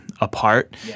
apart